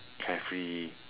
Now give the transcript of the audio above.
carefree